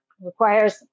requires